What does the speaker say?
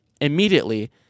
immediately